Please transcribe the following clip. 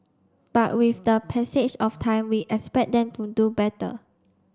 but with the passage of time we expect them to do better